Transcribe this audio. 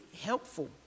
helpful